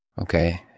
Okay